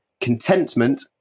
contentment